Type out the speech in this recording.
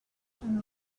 than